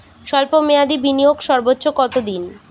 স্বল্প মেয়াদি বিনিয়োগ সর্বোচ্চ কত দিন?